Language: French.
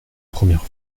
première